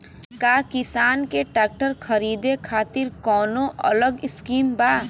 का किसान के ट्रैक्टर खरीदे खातिर कौनो अलग स्किम बा?